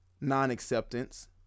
non-acceptance